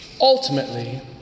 ultimately